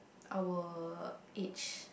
our age